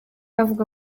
avuga